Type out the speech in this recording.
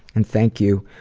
and thank you.